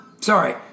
Sorry